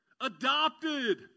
Adopted